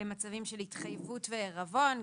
למצבים של התחייבות ועירבון.